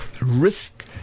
risk